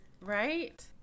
Right